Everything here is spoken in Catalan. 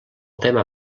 tema